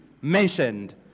mentioned